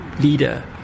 leader